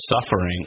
suffering